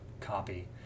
copy